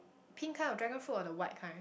pink kind of dragon fruit or the white kind